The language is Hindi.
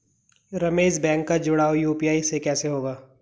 रमेश बैंक का जुड़ाव यू.पी.आई से कैसे होगा?